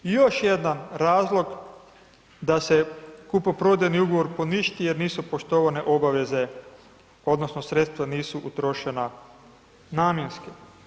I još jedan razlog da se kupoprodajni ugovor poništi jer nisu poštovane obaveze odnosno sredstva nisu utrošena namjenski.